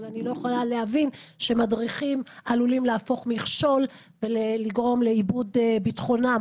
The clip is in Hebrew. אבל אני יכולה להבין שמדריכים עלולים להפוך מכשול ולגרום לאיבוד ביטחונם